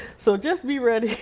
so just be ready